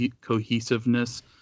cohesiveness